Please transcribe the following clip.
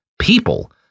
people